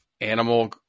animal